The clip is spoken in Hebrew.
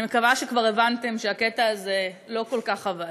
אני מקווה שכבר הבנתם שהקטע הזה לא כל כך עבד.